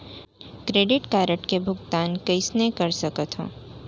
Credit card के भुगतान कईसने कर सकथो?